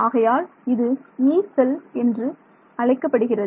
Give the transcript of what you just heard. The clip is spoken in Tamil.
ஆகையால் இது யீ செல் என்று அழைக்கப்படுகிறது